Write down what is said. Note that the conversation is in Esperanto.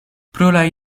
pluraj